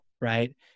right